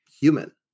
human